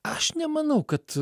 aš nemanau kad